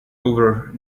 over